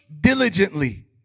diligently